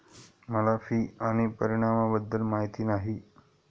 मला फी आणि परिणामाबद्दल माहिती नाही